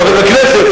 חבר הכנסת,